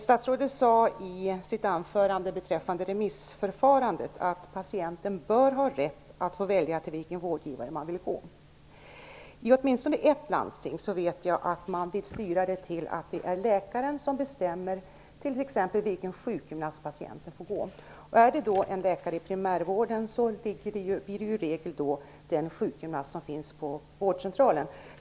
Statsrådet sade i sitt anförande beträffande remissförfarandet att patienten bör ha rätt att få välja till vilken vårdgivare patienten vill gå. I åtminstone ett landsting vet jag att man vill styra det till att det är läkaren som bestämmer till t.ex. vilken sjukgymnast patienten får gå. Är det en läkare i primärvården blir det i regel den sjukgymnast som finns på vårdcentralen.